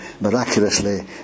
miraculously